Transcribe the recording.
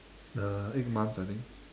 uh eight months I think